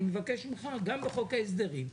אני מבקש ממך גם בחוק ההסדרים,